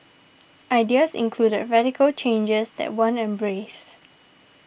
ideas included radical changes that weren't embraced